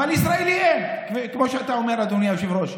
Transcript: אבל ישראלי אין, כמו שאתה אומר, אדוני היושב-ראש.